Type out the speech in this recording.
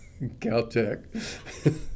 Caltech